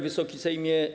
Wysoki Sejmie!